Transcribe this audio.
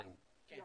זה